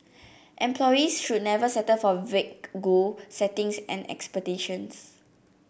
employees should also never settle for vague goal settings and expectations